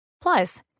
Plus